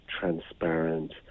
transparent